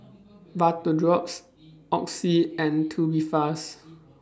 Vapodrops Oxy and Tubifast